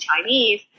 Chinese